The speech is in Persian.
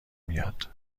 میاد